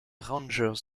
rangers